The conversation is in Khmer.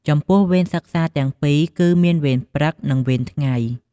ចំពោះវេនសិក្សាទាំងពីរ គឺមានវេនព្រឹក និង វេនថ្ងៃ។